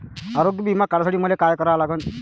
आरोग्य बिमा काढासाठी मले काय करा लागन?